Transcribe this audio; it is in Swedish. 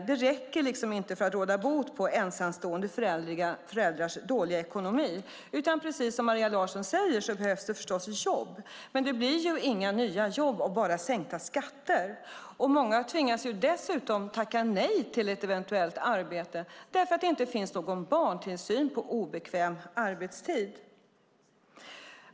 Men det räcker liksom inte för att råda bot på ensamstående föräldrars dåliga ekonomi. Precis som Maria Larsson säger behövs det förstås jobb. Men det blir inga nya jobb av bara sänkta skatter. Många tvingas dessutom tacka nej till eventuellt arbete därför att det inte finns barntillsyn på obekväm arbetstid.